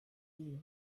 healed